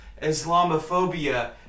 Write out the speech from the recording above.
islamophobia